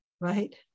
right